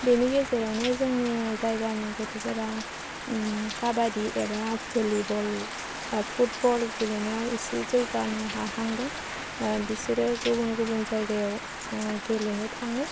बेनि गेजेरावनो जोंनि जायगानि गथ'फोरा काबादि एबा भलिबल फुटबल गेलेनायाव एसे जौगानो हाहांदों बिसोरो गुबुन गुबुन जायगायाव गेलेनो थाङो